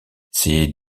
ces